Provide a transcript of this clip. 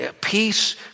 peace